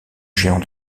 géant